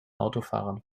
autofahrern